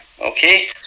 Okay